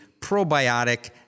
probiotic